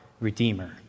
Redeemer